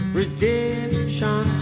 redemption